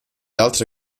altre